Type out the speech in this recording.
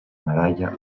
medalla